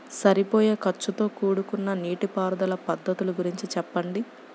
సరిపోయే ఖర్చుతో కూడుకున్న నీటిపారుదల పద్ధతుల గురించి చెప్పండి?